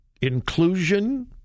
inclusion